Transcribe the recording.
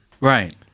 Right